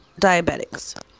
diabetics